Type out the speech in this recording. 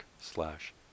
slash